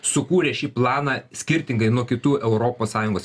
sukūrė šį planą skirtingai nuo kitų europos sąjungos